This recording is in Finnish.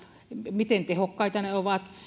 miten tehokkaita ne ovat ja